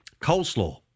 Coleslaw